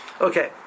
Okay